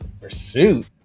Pursuit